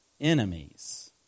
enemies